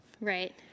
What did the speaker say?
Right